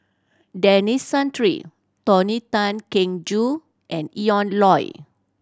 Denis Santry Tony Tan Keng Joo and Ian Loy